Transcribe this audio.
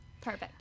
Perfect